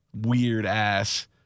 weird-ass